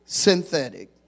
Synthetic